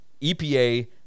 EPA